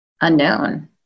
unknown